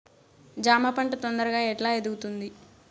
జామ పంట తొందరగా ఎట్లా ఎదుగుతుంది?